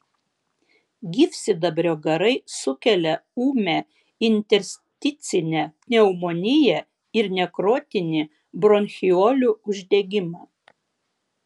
gyvsidabrio garai sukelia ūmią intersticinę pneumoniją ir nekrotinį bronchiolių uždegimą